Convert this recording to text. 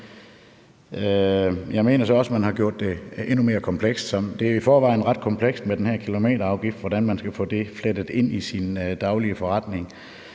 Jeg mener så også, at man har gjort det endnu mere komplekst, og det er i forvejen ret komplekst med den her kilometerafgift, i forhold til hvordan man skal få det flettet ind i sin daglige forretning.